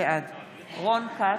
בעד רון כץ,